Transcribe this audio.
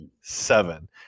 seven